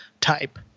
type